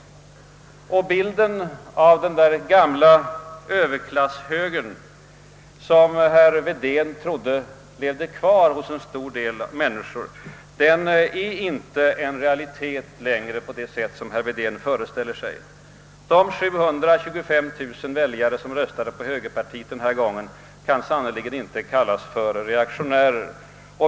Bilden av den gamla överklasshögern, som herr Wedén trodde levde kvar hos en hel del människor, är inte en realitet längre på det sätt som herr Wedén föreställer sig. De 725 000 väljare som röstade på högerpartiet denna gång kan sannerligen inte kallas för reaktionära.